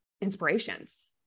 inspirations